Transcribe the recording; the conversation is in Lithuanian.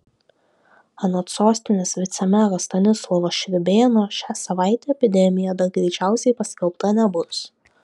anot sostinės vicemero stanislovo šriūbėno šią savaitę epidemija dar greičiausiai paskelbta nebus